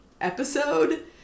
episode